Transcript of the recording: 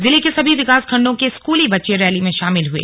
जिले के सभी विकासखंडों के स्कूली बच्चे रैली में शामिल हुए